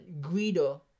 Guido